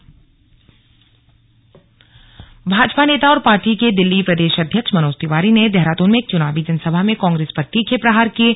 मनोज तिवारी भाजपा नेता और पार्टी के दिल्ली प्रदेश अध्यक्ष मनोज तिवारी ने देहराद्न में एक चुनावी जनसभा में कांग्रेस पर तीखे प्रहार किये